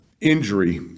injury